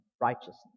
righteousness